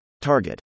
Target